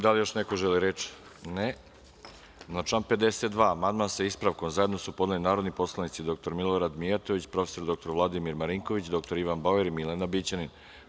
Da li još neko želi reč? (Ne.) Na član 52. amandman, sa ispravkom, zajedno su podneli narodni poslanici dr Milorad Mijatović, prof. dr Vladimir Marinković, dr Ivan Bauer i Milana Bićanin.